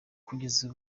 kugeza